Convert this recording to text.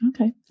Okay